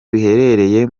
biherereye